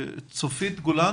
צופית גולן,